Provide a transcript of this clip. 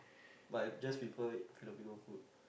but I just prefer Filipino food